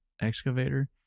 excavator